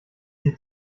sie